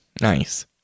Nice